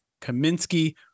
Kaminsky